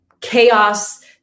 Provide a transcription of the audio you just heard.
chaos